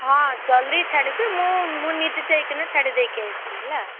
ହଁ ଜଲଦି ଛାଡ଼ିବି ମୁଁ ମୁଁ ନିଜେ ଯାଇକିନା ଛାଡ଼ି ଦେଇକି ଆସିବି ହେଲା